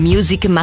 Music